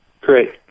Great